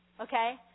okay